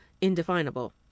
indefinable